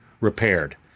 repaired